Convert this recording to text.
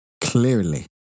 clearly